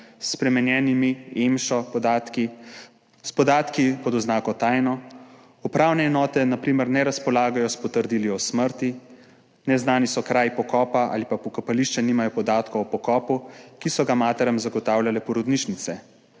s spremenjenimi EMŠO podatki, s podatki pod oznako tajno. Upravne enote na primer ne razpolagajo s potrdili o smrti, neznani so kraj pokopa ali pa pokopališča nimajo podatkov o pokopu, ki so ga materam zagotavljale porodnišnice,